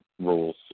rules